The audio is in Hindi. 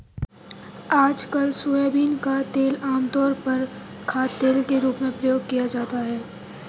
आजकल सोयाबीन का तेल आमतौर पर खाद्यतेल के रूप में प्रयोग किया जाता है